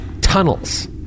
tunnels